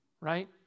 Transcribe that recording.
right